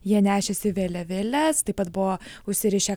jie nešėsi vėliavėles taip pat buvo užsirišę